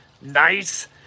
Nice